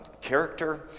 character